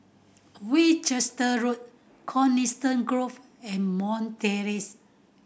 Winchester Road Coniston Grove and Terrace